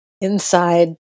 inside